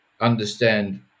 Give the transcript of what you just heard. understand